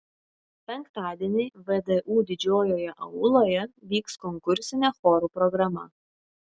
penktadienį vdu didžiojoje auloje vyks konkursinė chorų programa